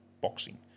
boxing